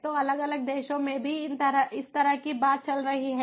तो अलग अलग देशों में भी इस तरह की बात चल रही है